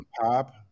pop